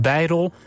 Bijrol